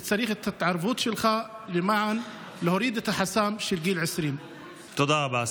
צריך את ההתערבות שלך למען הורדת החסם של גיל 20. תודה רבה.